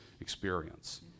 experience